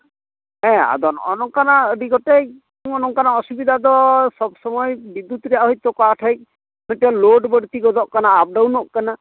ᱦᱮᱸ ᱟᱫᱚ ᱱᱚᱜᱼᱚ ᱱᱚᱝᱠᱟᱱᱟᱜ ᱟᱹᱰᱤ ᱜᱚᱴᱮᱡ ᱱᱚᱜᱼᱚ ᱱᱚᱝᱠᱟᱱᱟᱜ ᱚᱥᱩᱵᱤᱫᱟ ᱫᱚ ᱥᱚᱵᱽᱼᱥᱚᱢᱚᱭ ᱵᱤᱫᱽᱫᱩᱛ ᱨᱮᱭᱟᱜ ᱦᱚᱭᱛᱳ ᱚᱠᱟ ᱴᱷᱮᱱ ᱢᱤᱫᱴᱮᱱ ᱞᱳᱰ ᱵᱟ ᱲᱛᱤ ᱜᱚᱫᱚᱜ ᱠᱟᱱᱟ ᱟᱯ ᱰᱟᱣᱩᱱᱚᱜ ᱠᱟᱱᱟ